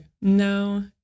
No